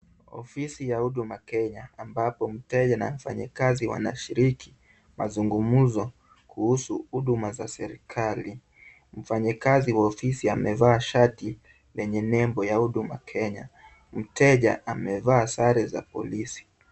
Ofisi ya Huduma Kenya , ambapo mteja na mfanyakazi wanashiriki mazungumzo kuhusu huduma za serikali. Mfanyakazi wa ofisi amevaa shati lenye nembo ya huduma kenya. Mteja amevaa sare za polisi.